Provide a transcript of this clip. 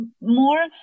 more